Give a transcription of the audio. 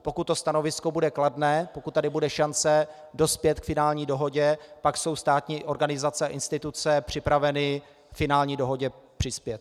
Pokud stanovisko bude kladné, pokud tu bude šance dospět k finální dohodě, pak jsou státní organizace a instituce připraveny k finální dohodě přispět.